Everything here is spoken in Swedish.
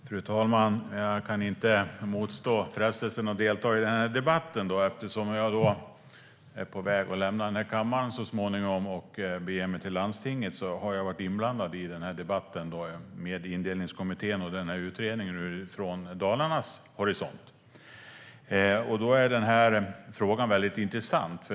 Fru talman! Jag kan inte motstå frestelsen att delta i debatten. Eftersom jag är på väg att lämna riksdagen för att bege mig till landstinget har jag varit inblandad i diskussionen om Indelningskommittén och utredningen från Dalarnas horisont. Frågan är väldigt intressant.